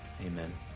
Amen